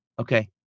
okay